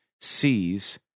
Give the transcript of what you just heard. sees